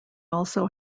also